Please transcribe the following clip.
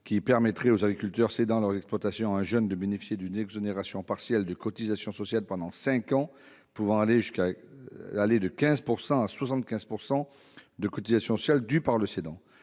permettrait aux agriculteurs cédant leur exploitation à un jeune de bénéficier d'une exonération partielle de cotisations sociales pendant cinq ans, pouvant aller de 15 % à 75 % des cotisations sociales dues par le cédant.